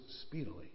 speedily